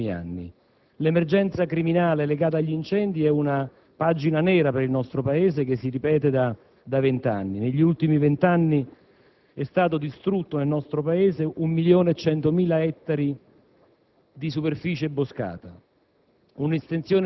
in questi termini e dobbiamo farlo sempre di più nei prossimi anni. L'emergenza criminale legata agli incendi è una pagina nera per il nostro Paese, che si ripete da vent'anni. Negli ultimi vent'anni è stato distrutto nel nostro Paese 1.100.000 ettari